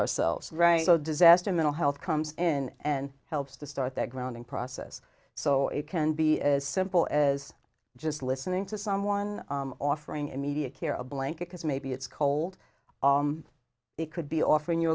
ourselves right so disaster mental health comes in and helps to start that grounding process so it can be as simple as just listening to someone offering immediate care a blanket because maybe it's cold they could be offering you